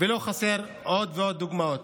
ולא חסרות עוד ועוד דוגמאות.